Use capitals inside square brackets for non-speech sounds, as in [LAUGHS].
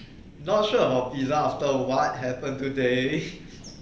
not sure about pizza after what happened today [LAUGHS]